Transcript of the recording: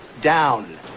down